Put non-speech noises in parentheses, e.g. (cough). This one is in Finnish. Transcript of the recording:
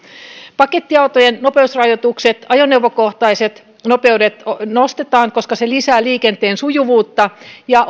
pakettiautojen nopeusrajoitukset ajoneuvokohtaisia nopeuksia nostetaan koska se lisää liikenteen sujuvuutta ja (unintelligible)